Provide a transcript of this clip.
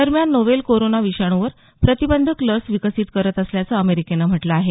दरम्यान novel corona विषाणूवर प्रतिबंधक लस विकसित करत असल्याचं अमेरिकेनं म्हटलं आहे